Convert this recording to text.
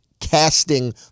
casting